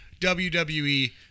WWE